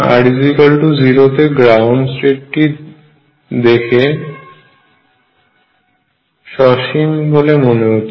r0 তে ground স্টেটটি দেখে সসীম বলে মনে হচ্ছে